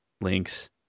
links